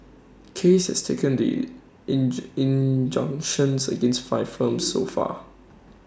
case has taken the in injunctions against five firms so far